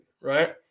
right